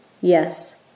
Yes